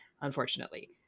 unfortunately